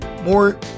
more